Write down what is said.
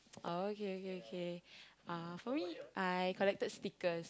oh okay okay for me I collected stickers